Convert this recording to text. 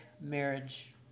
marriage